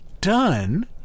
done